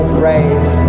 phrase